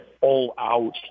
all-out